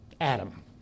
Adam